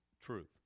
truth